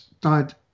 died